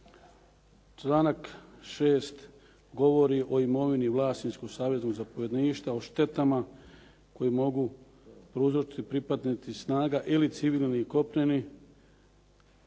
Članak 6. govori o imovini vlasničkog saveznog zapovjedništva, o štetama, koji mogu prouzročiti pripadnici snaga ili civilni i kopneni.